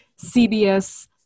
CBS